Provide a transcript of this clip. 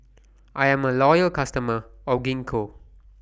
I Am A Loyal customer of Gingko